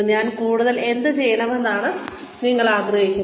ഞാൻ കൂടുതൽ എന്ത് ചെയ്യണമെന്നാണ് നിങ്ങൾ ആഗ്രഹിക്കുന്നത്